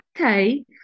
okay